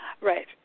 Right